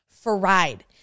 fried